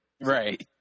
Right